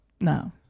No